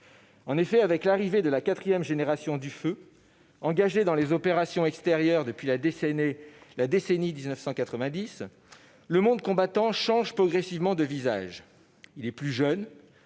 En effet, avec l'arrivée de la quatrième génération du feu, engagée dans les opérations extérieures depuis la décennie 1990, le monde combattant change progressivement de visage : il est plus jeune,